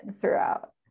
throughout